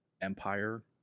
Empire